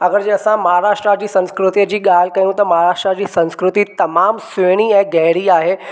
अगरि जे असां महाराष्ट्र जी संस्कृतिअ जी ॻाल्हि कयूं त महाराष्ट्र जी संस्कृति तमामु सुहिणी ऐं गहरी आहे